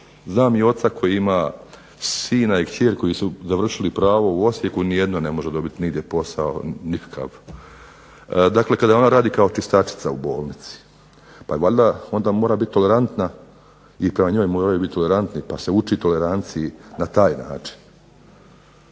znam i oca koji ima sina i kćer koji su završili pravo u Osijeku – nijedno ne može dobiti nigdje posao nikakav. Dakle, kada ona radi kao čistačica u bolnici. Pa valjda onda mora biti tolerantna i prema njoj moraju biti tolerantni pa se uči toleranciji na taj način.